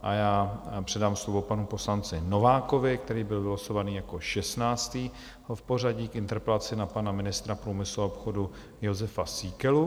A já předám slovo panu poslanci Novákovi, který byl vylosovaný jako šestnáctý v pořadí k interpelaci na pana ministra průmyslu a obchodu Jozefa Síkelu.